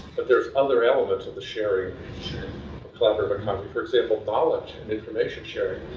but there's other elements of the sharing sharing collaborative economy for example, knowledge and information sharing.